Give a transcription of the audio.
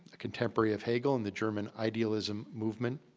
a contemporary of hegel in the german idealism movement,